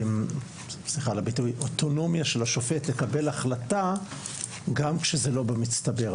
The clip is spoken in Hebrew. סליחה על הביטוי האוטונומיה של השופט לקבל החלטה גם כשזה לא במצטבר.